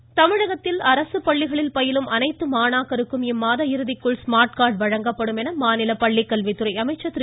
செங்கோட்டையன் தமிழகத்தில் அரசுப்பள்ளிகளில் பயிலும் அனைத்து மாணாக்கருக்கும் இம்மாத இறுதிக்குள் ஸ்மாாட் கார்டு வழங்கப்படும் என மாநில பள்ளிக்கல்வித்துறை அமைச்சா் திரு